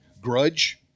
grudge